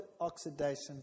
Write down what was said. oxidation